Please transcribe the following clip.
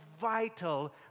vital